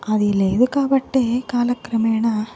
అది లేదు కాబట్టే కాలక్రమేణ